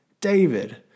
David